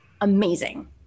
amazing